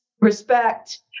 respect